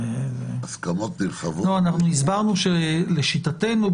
הסברנו שלשיטתנו,